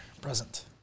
Present